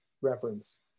reference